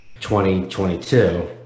2022